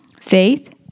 Faith